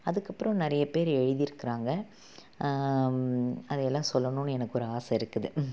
அதுக்கு அப்புறம் நிறைய பேர் எழுதியிருக்குறாங்க அதையெல்லாம் சொல்லணும்னு எனக்கு ஒரு ஆசை இருக்குது